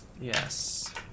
Yes